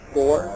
Four